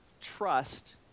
trust